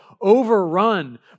overrun